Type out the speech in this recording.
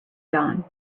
dawn